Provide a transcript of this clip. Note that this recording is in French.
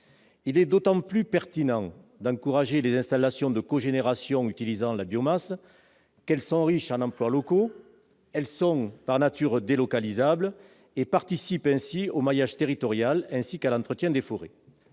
Il est d'autant plus pertinent d'encourager les installations de cogénération utilisant la biomasse qu'elles sont riches en emplois locaux et par nature délocalisables. Elles participent ainsi au maillage territorial et à l'entretien des forêts.